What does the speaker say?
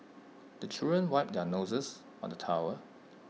the children wipe their noses on the towel